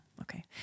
okay